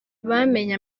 bamenye